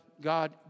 God